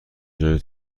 جای